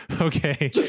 okay